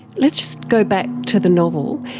let's just go back to the novel,